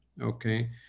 okay